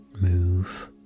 move